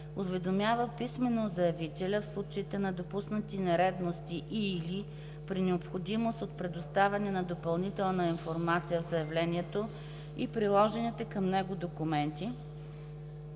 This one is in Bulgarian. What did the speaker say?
уведомява писмено заявителя в случаите на допуснати нередовности и/или при необходимост от предоставяне на допълнителна информация в заявлението и приложените към него документи